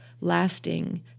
lasting